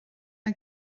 mae